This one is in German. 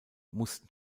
mussten